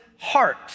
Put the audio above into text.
heart